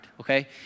okay